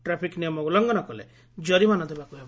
traffic ନିୟମ ଉଲୁଘନ କଲେ ଜରିମାନା ଦେବାକୁ ହେବ